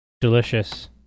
delicious